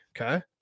Okay